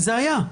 שוב,